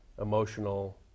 emotional